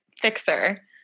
fixer